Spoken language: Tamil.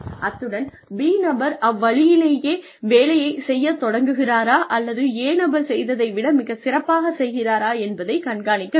அத்துடன் B நபர் அவ்வழியிலேயே வேலையை செய்யத் தொடங்குகிறாரா அல்லது A நபர் செய்ததை விட மிகச்சிறப்பாகச் செய்கிறாரா என்பதை கண்காணிக்க வேண்டும்